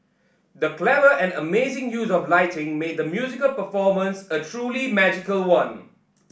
the clever and amazing use of lighting made the musical performance a truly magical one